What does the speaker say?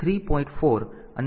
4 અને PIN T0 છે